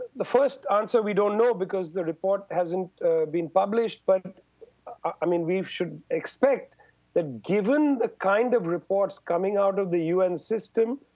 the first answer we don't know, because the report hasn't been published. but i mean, we should expect that given the kind of reports coming out of the un system,